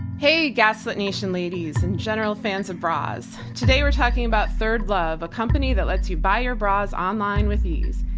hey gaslit nation ladies and general fans of bras. today we're talking about third love. a company that lets you buy your bras online with ease.